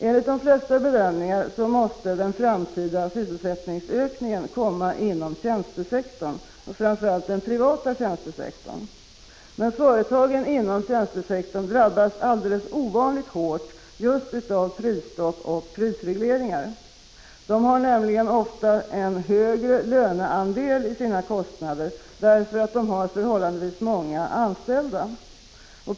Enligt de flesta bedömningar måste den framtida sysselsättningsökningen komma inom tjänstesektorn och framför allt inom den privata tjänstesektorn. Men företagen inom denna sektor drabbas ovanligt hårt just av prisstopp och prisregleringar. De har nämligen oftast en högre löneandel i sina kostnader därför att de har förhållandevis många anställda.